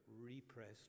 repressed